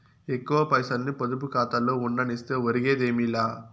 ఎక్కువ పైసల్ని పొదుపు కాతాలో ఉండనిస్తే ఒరిగేదేమీ లా